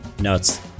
nuts